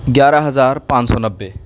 گیارہ ہزار پانچ سو نبے